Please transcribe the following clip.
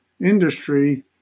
industry